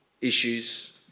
issues